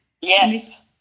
Yes